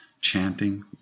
chanting